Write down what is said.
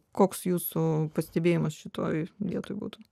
koks jūsų pastebėjimas šitoj vietoj būtų